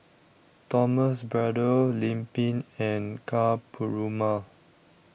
Thomas Braddell Lim Pin and Ka Perumal